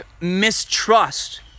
mistrust